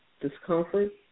discomfort